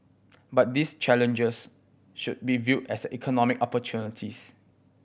but these challenges should be viewed as economic opportunities